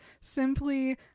simply